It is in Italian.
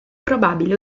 probabile